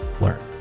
Learn